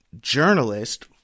journalist